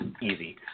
easy